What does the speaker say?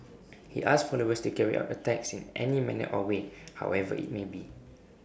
he asked followers to carry out attacks in any manner or way however IT may be